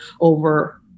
over